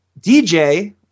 DJ